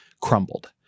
crumbled